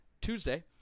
Tuesday